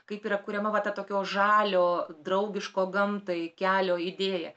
kaip yra kuriama va ta tokio žalio draugiško gamtai kelio idėja